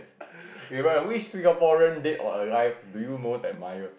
which Singaporean dead or alive do you most admire